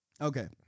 Okay